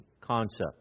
concept